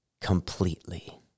completely